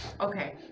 Okay